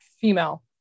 female